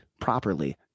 properly